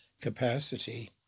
capacity